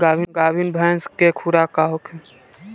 गाभिन भैंस के खुराक का होखे?